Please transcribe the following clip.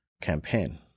campaign